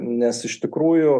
ir nes iš tikrųjų